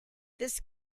this